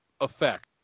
effect